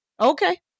Okay